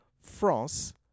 France